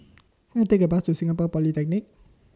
Can I Take A Bus to Singapore Polytechnic